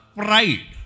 pride